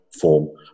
form